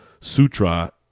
sutra